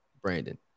Brandon